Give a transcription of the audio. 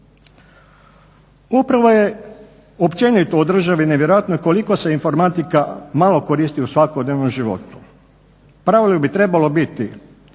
Upravo je općenito u državi nevjerojatno koliko se informatika malo koristi u svakodnevnom životu. U pravilu bi trebalo biti